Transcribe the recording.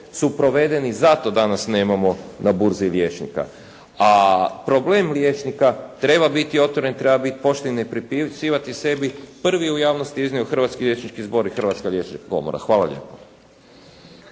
su provedeni, zato danas nemamo na burzi liječnika. A problem liječnika treba biti otvoren i treba biti pošten i ne pripisivati sebi, prvi u javnosti je iznio Hrvatski liječnički zbor i Hrvatska liječnička komora. Hvala lijepo.